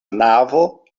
navo